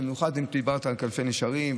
במיוחד אם דיברת על כנפי נשרים,